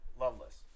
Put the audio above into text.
Loveless